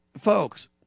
folks